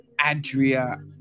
Adria